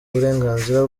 uburenganzira